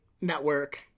network